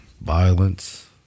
Violence